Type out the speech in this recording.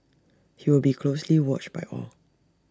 he will be closely watched by all